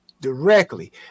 directly